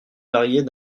varier